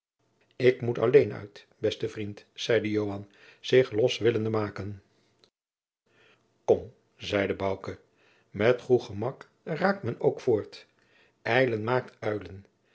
ik moet alleen uit beste vriend zeide joan zich los willende maken kom zeide bouke met goê gemak raakt men ook voort